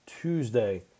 Tuesday